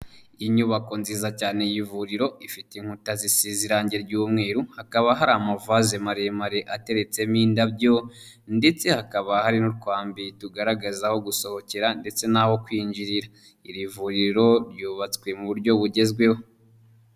Inyubako nziza cyane y'ivuriro, ifite inkuta zisize irangi ry'umweru, hakaba hari amavaze maremare ateretsemo indabyo ndetse hakaba hari n'utwambi tugaragaza aho gusohokera ndetse n'aho kwinjirira, iri vuriro ryubatswe mu buryo bugezweho.